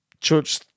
church